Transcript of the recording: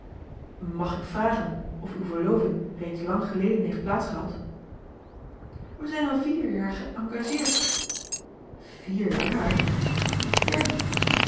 mag ik vragen of uwe verloving reeds lang geleden heeft plaats gehad we zijn al vier jaar geëngageerd vier jaar ja